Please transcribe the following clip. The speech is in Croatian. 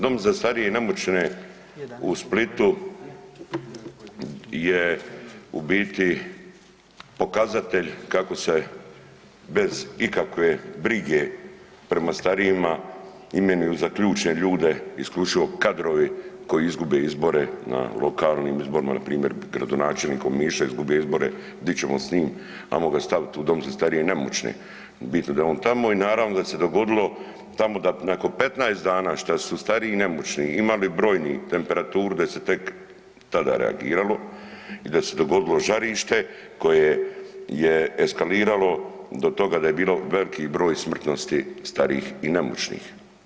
Dom za starije i nemoćne u Splitu je u biti pokazatelj kako se bez ikakve brige prema starijima imenuju za ključne ljude isključivo kadrovi koji izgube izbore na lokalnim izborima npr. gradonačelnik Omiša je izgubio izbore, di ćemo s njim, ajmo ga stavit u dom za starije i nemoćne, bitno da je on tamo i naravno da se je dogodilo tamo da nakon 15 dana šta su stariji i nemoćni imali brojni temperaturu da se je tek tada reagiralo i da se dogodilo žarište koje je eskaliralo do toga da je bilo veliki broj smrtnosti starijih i nemoćnih.